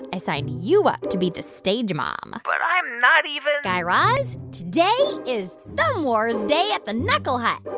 i signed you up to be the stage mom but i'm not even. guy raz, today is thumb wars day at the knuckle hut.